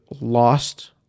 lost